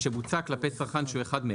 "שבוצעה כלפי צרכן שהוא אחד",